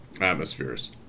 atmospheres